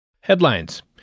Headlines